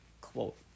quote